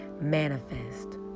manifest